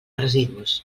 residus